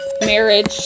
marriage